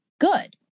good